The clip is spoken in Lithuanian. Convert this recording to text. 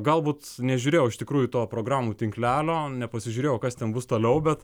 galbūt nežiūrėjau iš tikrųjų to programų tinklelio nepasižiūrėjau kas ten bus toliau bet